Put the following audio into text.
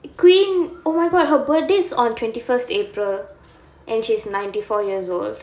queen oh my god her birthday is on twenty first april and she's ninety four years old